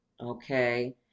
okay